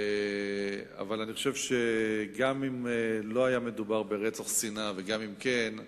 אבל אני חושב שגם אם לא מדובר ברצח שנאה וגם אם כן,